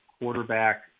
quarterback